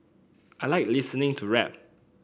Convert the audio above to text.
I like listening to rap